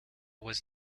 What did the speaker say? was